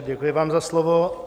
Děkuji vám za slovo.